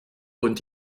und